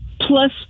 plus